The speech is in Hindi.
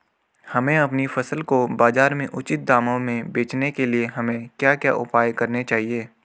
हमें अपनी फसल को बाज़ार में उचित दामों में बेचने के लिए हमें क्या क्या उपाय करने चाहिए?